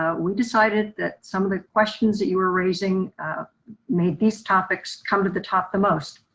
ah we decided that some of the questions that you were raising made these topics come to the top the most.